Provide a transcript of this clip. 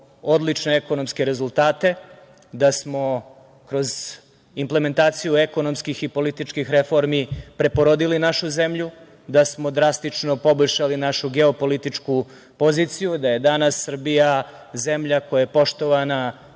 odlične ekonomske rezultate, da smo kroz implementaciju ekonomskih i političkih reformi preporodili našu zemlju, da smo drastično poboljšali našu geopolitičku poziciju, da je danas Srbija zemlja koja je poštovana,